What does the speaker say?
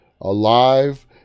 alive